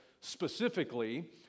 specifically